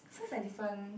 sounds like different